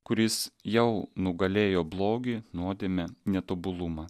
kuris jau nugalėjo blogį nuodėmę netobulumą